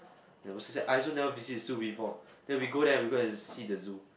never she said I also never visit the zoo before then we go there and we go and see the zoo